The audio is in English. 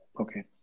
Okay